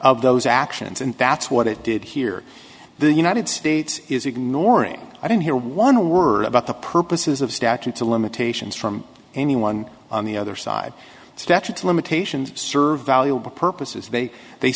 of those actions and that's what it did here the united states is ignoring i don't hear one word about the purposes of statute to limitations from anyone on the other side statutes limitations serve valuable purposes they they